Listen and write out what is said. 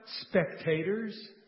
spectators